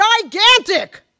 gigantic